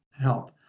help